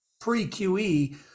pre-qe